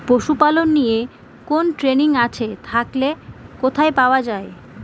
পশুপালন নিয়ে কোন ট্রেনিং আছে থাকলে কোথায় পাওয়া য়ায়?